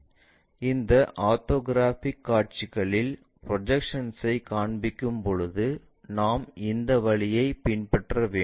இந்த ஆர்த்தோகிராஃபிக் காட்சிகளின் ப்ரொஜெக்ஷன்ஐ காண்பிக்கும் போது நாம் இந்த வழியை பின்பற்ற வேண்டும்